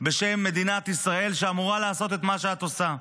בשם מדינת ישראל, שאמורה לעשות את מה שאת עושה.